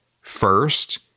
First